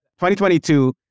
2022